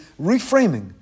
Reframing